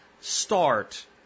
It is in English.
start